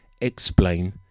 explain